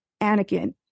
Anakin